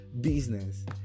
business